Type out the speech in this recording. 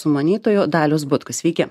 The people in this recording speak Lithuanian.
sumanytojų dalius butkus sveiki